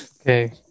Okay